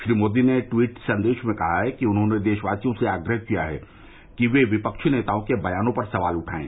श्री मोदी ने ट्वीट संदेश में कहा कि उन्होंने देशवासियों से आग्रह किया कि वे विपक्षी नेताओं के बयानों पर सवाल उठाएं